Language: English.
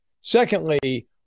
Secondly